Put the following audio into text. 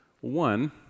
One